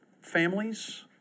families